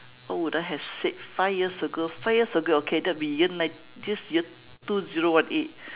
what would I have said five years ago five years ago okay that will be year nine~ this year two zero one eight